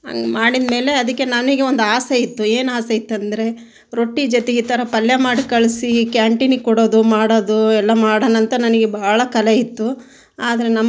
ಹಾಗೆ ಮಾಡಿದ ಮೇಲೆ ಅದಕ್ಕೆ ನನಗೆ ಒಂದು ಆಸೆ ಇತ್ತು ಏನು ಆಸೆ ಇತ್ತು ಅಂದರೆ ರೊಟ್ಟಿ ಜೊತೆಗೆ ಈ ಥರ ಪಲ್ಯ ಮಾಡಿ ಕಳಿಸಿ ಕಾಂಟಿನಿಗೆ ಕೊಡೋದು ಮಾಡೋದು ಎಲ್ಲ ಮಾಡೋಣಾಂತ ನನಗೆ ಭಾಳ ಕಲೆ ಇತ್ತು ಆದರೆ ನಮ್ಮ ಮನೆಯಲ್ಲಿ ಪ್ರತಿಕ್ರಿಯೆ ನೀಡಲಿಲ್ಲ ನಮ್ಮ ಮನೆಯವರು ಬೇಡ ಮನೆಯಲ್ಲೇ ಮಾಡ್ಕೊಂಬಿಡು ಅಂತ ಹೇಳಿದರಾ